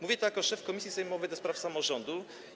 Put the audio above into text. Mówię to jako szef komisji sejmowej do spraw samorządu.